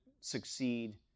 succeed